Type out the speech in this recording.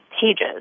pages